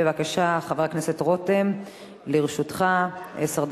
בבקשה, לרשותך עשר דקות.